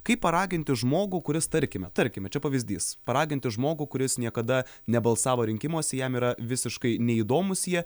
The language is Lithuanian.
kaip paraginti žmogų kuris tarkime tarkime čia pavyzdys paraginti žmogų kuris niekada nebalsavo rinkimuose jam yra visiškai neįdomūs jie